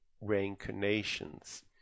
reincarnations